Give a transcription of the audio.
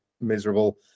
miserable